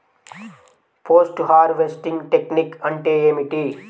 Post harvesting technique అంటే ఏమిటీ?